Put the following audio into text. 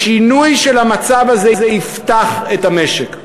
שינוי של המצב הזה יפתח את המשק.